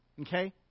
Okay